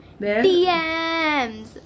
DMs